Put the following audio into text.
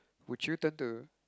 would you turn to